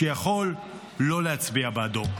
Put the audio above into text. שיכול שלא להצביע בעדו.